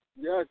Yes